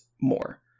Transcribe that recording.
more